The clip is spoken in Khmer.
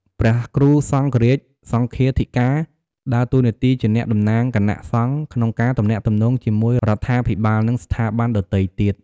ព្រះគ្រូសង្ឃរាជ/សង្ឃាធិការ ដើរតួនាទីជាអ្នកតំណាងគណៈសង្ឃក្នុងការទំនាក់ទំនងជាមួយរាជរដ្ឋាភិបាល និងស្ថាប័នដទៃទៀត។